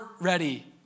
ready